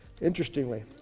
Interestingly